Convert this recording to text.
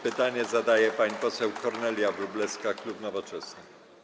Pytanie zadaje pani poseł Kornelia Wróblewska, klub Nowoczesna.